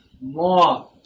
more